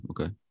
Okay